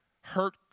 Hurt